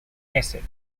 acid